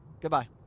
Goodbye